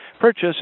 Purchase